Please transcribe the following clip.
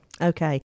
Okay